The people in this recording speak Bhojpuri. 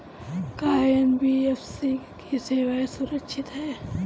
का एन.बी.एफ.सी की सेवायें सुरक्षित है?